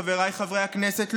חבריי חברי הכנסת,